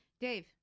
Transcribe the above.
Dave